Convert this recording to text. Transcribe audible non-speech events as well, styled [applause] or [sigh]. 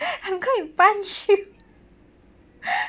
[laughs] I'm gonna punch you [laughs]